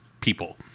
people